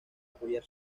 apoyar